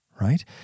right